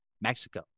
Mexico